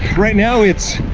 right now it's,